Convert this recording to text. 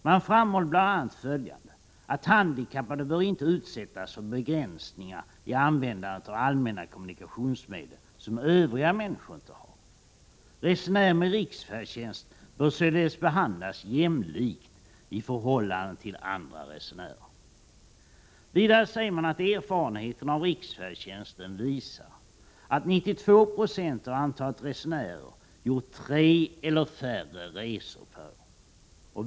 Man framhåller bl.a. att handikappade inte bör utsättas för begränsningar i användandet av allmänna kommunikationsmedel som övriga människor inte har. Resenärer med riksfärdtjänst bör således behandlas jämlikt i förhållande till andra resenärer. Vidare säger man att erfarenheterna av riksfärdtjänsten visar att 92 20 av antalet resenärer gjort tre eller färre resor per år.